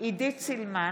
עידית סילמן